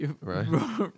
right